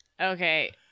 Okay